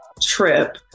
trip